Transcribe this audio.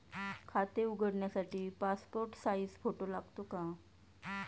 खाते उघडण्यासाठी passport size photo लागतो का?